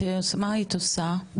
מה היית עושה?